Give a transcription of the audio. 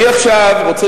אני עכשיו רוצה,